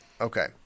Okay